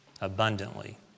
abundantly